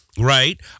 Right